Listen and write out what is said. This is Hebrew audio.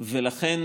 כל כך,